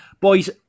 Boys